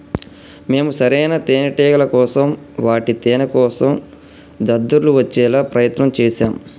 మేము సరైన తేనేటిగల కోసం వాటి తేనేకోసం దద్దుర్లు వచ్చేలా ప్రయత్నం చేశాం